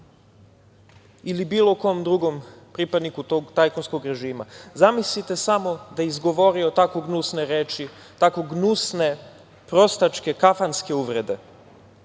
ili bilo kom drugom pripadniku tog tajkunskog režima? Zamislite samo da je izgovorio tako gnusne reči, tako gnusne, prostačke, kafanske uvrede?